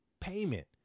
payment